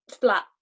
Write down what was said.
flat